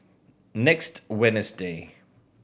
next Wednesday